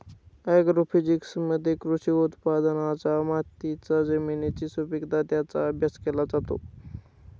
ॲग्रोफिजिक्समध्ये कृषी उत्पादनांचा मातीच्या जमिनीची सुपीकता यांचा अभ्यास केला जातो